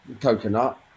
coconut